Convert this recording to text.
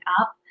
up